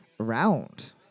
round